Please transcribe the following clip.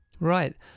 Right